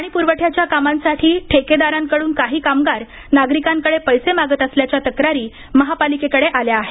पाणीप्रवठ्याच्या कामांसाठी ठेकेदारांकडून काही कामगार नागरिकांकडे पैसे मागत असल्याच्या तक्रारी महापालिकेकडे आल्या आहेत